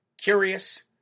curious